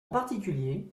particulier